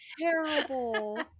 terrible